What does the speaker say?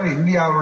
India